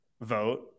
vote